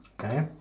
Okay